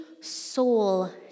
soul